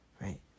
Right